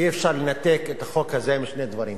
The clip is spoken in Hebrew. אי-אפשר לנתק את החוק הזה משני דברים.